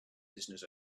business